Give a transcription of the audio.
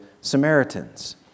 Samaritans